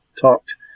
talked